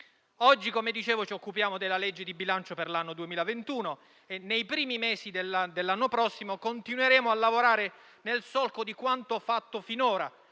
Oggi, come dicevo, ci occupiamo del disegno di legge di bilancio per l'anno 2021 e nei primi mesi dell'anno prossimo continueremo a lavorare nel solco di quanto fatto finora